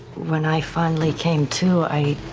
when i finally came to,